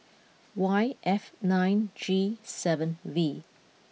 Y F nine G seven V